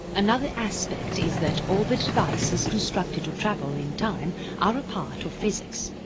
another aspect is that all the devices constructed to travel in time are a part of physics,